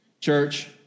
church